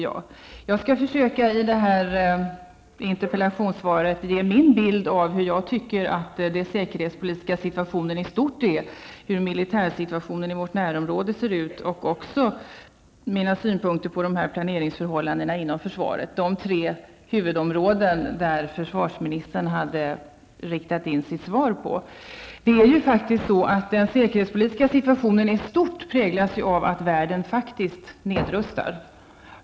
Jag skall i anledning av detta interpellationssvar försöka att ge min bild av den säkerhetspolitiska situationen i stort, hur militärsituationen i vårt närområde ser ut och jag skall också ge mina synpunkter på planeringsförhållandena inom försvaret -- dvs. de tre huvudområden som försvarsministern hade inriktat sig på i sitt svar. Den säkerhetspolitiska situationen i stort präglas ju av att man nedrustar i världen.